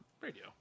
radio